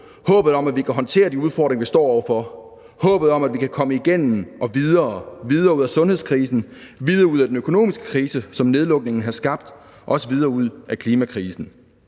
håbet om, at vi kan håndtere de udfordringer, vi står over for; håbet om, at vi kan komme igennem og videre, videre ud af sundhedskrisen, videre ud af den økonomiske krise, som nedlukningen har skabt, og også videre ud af klimakrisen.